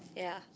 ya